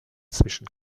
zwischen